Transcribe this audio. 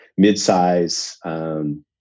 midsize